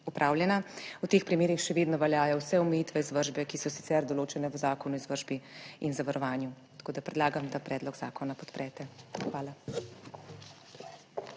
opravljena. V teh primerih še vedno veljajo vse omejitve izvršbe, ki so sicer določene v Zakonu o izvršbi in zavarovanju. Tako da predlagam, da predlog zakona podprete. Hvala.